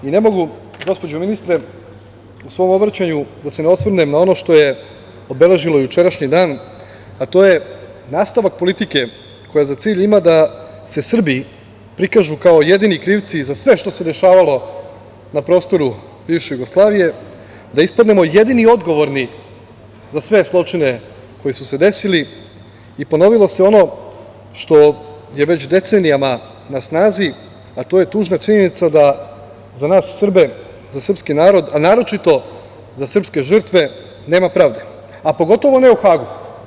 Ne mogu, gospođo ministre, u svom obraćanju da se ne osvrnem na ono što je obeležilo jučerašnji dan, a to je nastavak politike koja za cilj ima da se Srbi prikažu kao jedini krivci za sve što se dešavalo na prostoru bivše Jugoslavije, da ispadnemo jedini odgovorni za sve zločine koji su se desili i ponovilo se ono što je već decenijama na snazi, a to je tužna činjenica da za nas Srbe, za srpski narod, a naročito za srpske žrtve nema pravde, a pogotovo nema u Hagu.